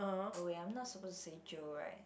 oh wait I'm not suppose to say jio right